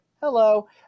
hello